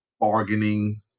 bargaining